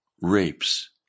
rapes